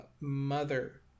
mother